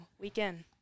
weekend